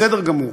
בסדר גמור.